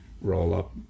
roll-up